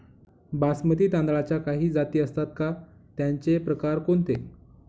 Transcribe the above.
बासमती तांदळाच्या काही जाती असतात का, त्याचे प्रकार कोणते?